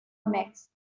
metz